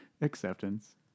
acceptance